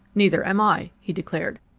neither am i, he declared.